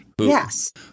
Yes